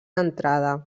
entrada